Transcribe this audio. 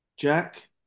Jack